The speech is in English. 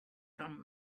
come